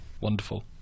wonderful